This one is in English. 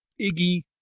Iggy